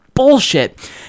Bullshit